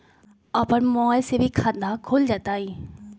अपन मोबाइल से भी खाता खोल जताईं?